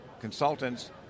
consultants